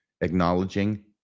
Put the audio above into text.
acknowledging